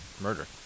murder